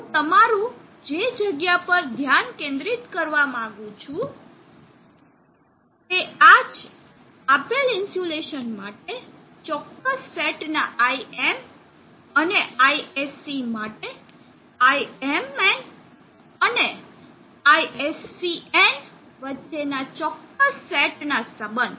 હું તમારું જે જગ્યા પર ધ્યાન કેન્દ્રિત કરવા માંગું છું તે આ છે આપેલ ઇન્સ્યુલેશન માટે ચોક્કસ સેટના Im અને ISC માટે mn અને ISCn વચ્ચેના ચોક્કસ સેટના સંબંધ